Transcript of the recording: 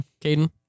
Caden